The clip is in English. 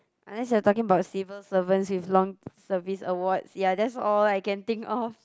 unless you're talking about civil servants with long service awards ya that's all I can think of